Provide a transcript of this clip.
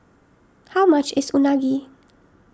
how much is Unagi